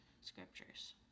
scriptures